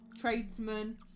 tradesmen